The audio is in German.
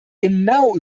genau